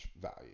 value